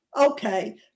Okay